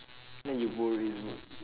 then you borrowed his boot